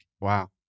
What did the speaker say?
Wow